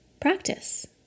Practice